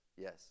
yes